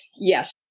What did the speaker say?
yes